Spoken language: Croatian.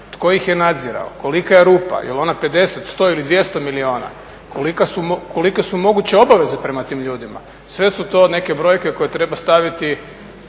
tko ih je nadzirao, kolika je rupa, je li ona 50, 100 ili 200 milijuna, kolike su moguće obaveze prema tim ljudima, sve su to neke brojke koje treba staviti